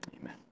Amen